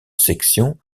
section